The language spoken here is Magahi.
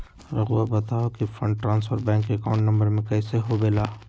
रहुआ बताहो कि fund transfer bank account number में कैसे होबेला?